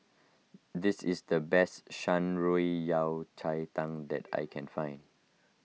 this is the best Shan Rui Yao Cai Tang that I can find